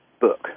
book